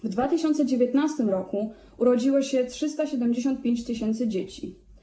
W 2019 r. urodziło się 375 tys. dzieci.